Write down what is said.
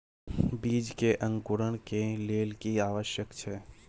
बीज के अंकुरण के लेल की आवश्यक छै?